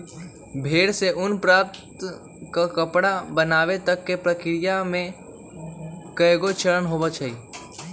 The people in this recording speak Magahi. भेड़ से ऊन प्राप्त कऽ के कपड़ा बनाबे तक के प्रक्रिया में कएगो चरण होइ छइ